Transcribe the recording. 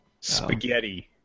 Spaghetti